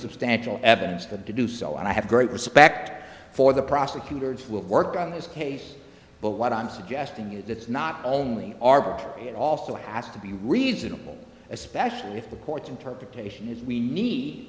substantial evidence for them to do so and i have great respect for the prosecutors will work on this case but what i'm suggesting is that it's not only arbitrary it also has to be reasonable especially if the court's interpretation is we need